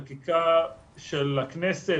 חקיקה של הכנסת,